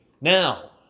Now